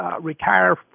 retire